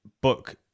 book